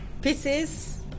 pieces